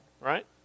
right